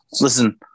Listen